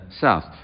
south